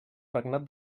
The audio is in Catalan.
regnat